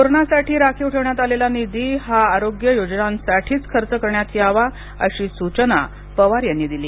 कोरोनासाठी राखीव ठेवण्यात आलेला निधी हा आरोग्य योजनांसाठीच खर्च करण्यात यावा अशी सूचना पवार यांनी दिली